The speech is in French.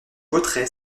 voterai